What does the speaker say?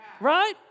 Right